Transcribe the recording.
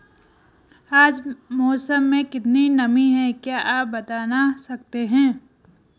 आज मौसम में कितनी नमी है क्या आप बताना सकते हैं?